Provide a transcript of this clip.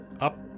up